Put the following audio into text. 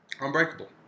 Unbreakable